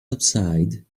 outside